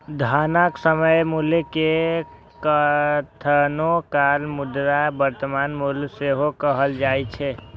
धनक समय मूल्य कें कखनो काल मुद्राक वर्तमान मूल्य सेहो कहल जाए छै